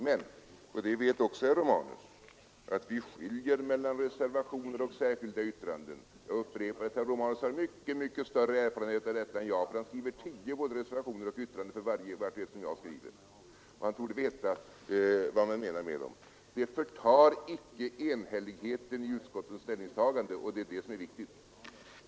Herr Romanus vet också att vi skiljer mellan reservationer och särskilda yttranden. Jag upprepar att herr Romanus har mycket större erfarenhet av detta än jag, ty han skriver 10 reservationer och yttranden för varje reservation eller yttrande som jag skriver, och han torde veta vad man menar med dem. Det särskilda yttrandet förtar icke enhälligheten i utskottets ställningstagande, och det är detta som är viktigt. som vi kommer ihåg, under nazisttiden.